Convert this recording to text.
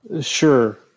Sure